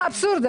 מה האבסורד?